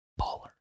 baller